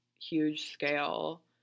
huge-scale